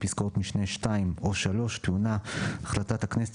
פסקאות משנה (2) או (3) טעונה את החלטת הכנסת,